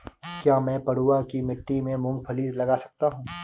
क्या मैं पडुआ की मिट्टी में मूँगफली लगा सकता हूँ?